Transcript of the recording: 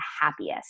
happiest